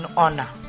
honor